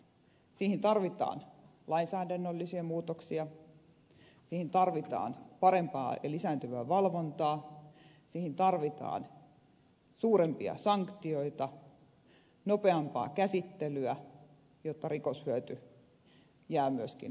siihen tarvitaan lainsäädännöllisiä muutoksia siihen tarvitaan parempaa ja lisääntyvää valvontaa siihen tarvitaan suurempia sanktioita nopeampaa käsittelyä jotta rikoshyöty jää myöskin vähäisemmäksi